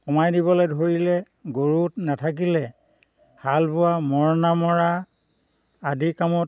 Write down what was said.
কমাই দিবলৈ ধৰিলে গৰু নাথাকিলে হাল বোৱা মৰণা মৰা আদি কামত